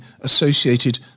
associated